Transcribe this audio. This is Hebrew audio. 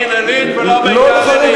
לא מודיעין-עילית ולא ביתר-עילית.